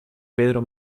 pedro